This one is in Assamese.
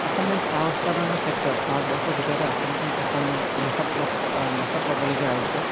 অসমত চাহ উৎপাদনৰ ক্ষেত্ৰত ভাৰতৰ ভিতৰতে অসমখন এখন লেখত লেখত ল'বলগীয়া ৰাজ্য